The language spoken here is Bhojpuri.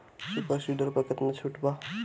सुपर सीडर पर केतना छूट बा?